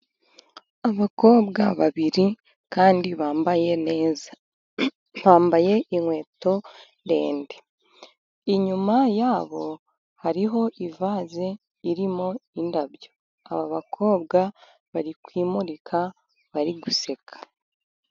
Abakobwa babiri kandi bambaye neza, bambaye inkweto ndende. Inyuma yabo hariho ivase irimo indabyo. Aba bakobwa bari kwimurika, bari guseka.